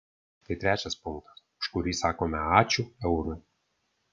tai trečias punktas už kurį sakome ačiū eurui